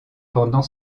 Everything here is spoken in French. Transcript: pendant